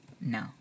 No